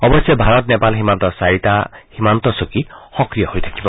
অৱশ্যে ভাৰত নেপাল সীমান্তৰ চাৰিটা সীমান্ত চকী সক্ৰিয় হৈ থাকিব